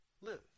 live